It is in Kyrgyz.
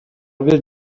бир